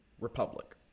republic